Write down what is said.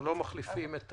לא מחליפים את